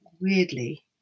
weirdly